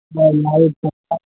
اور لائٹ کا